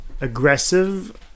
aggressive